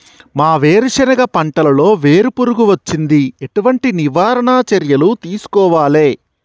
మా వేరుశెనగ పంటలలో వేరు పురుగు వచ్చింది? ఎటువంటి నివారణ చర్యలు తీసుకోవాలే?